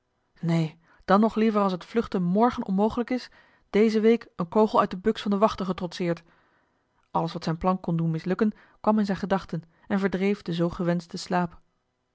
neen dan nog liever als het vluchten morgen onmogelijk is deze week een kogel uit de buks van den wachter getrotseerd alles wat zijn plan kon doen mislukken kwam in zijne gedachten en verdreef den zoo gewenschten slaap